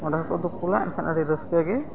ᱚᱸᱰᱮ ᱦᱚᱸᱠᱚ ᱫᱩᱯᱩᱞᱟ ᱮᱱᱠᱷᱟᱱ ᱟᱹᱰᱤ ᱨᱟᱹᱥᱠᱟᱹ ᱜᱮ